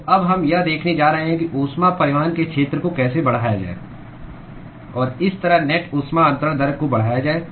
तो अब हम यह देखने जा रहे हैं कि ऊष्मा परिवहन के क्षेत्र को कैसे बढ़ाया जाए और इस तरह नेट ऊष्मा अंतरण दर को बढ़ाया जाए